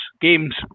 games